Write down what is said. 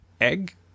Egg